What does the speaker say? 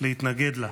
להתנגד לה.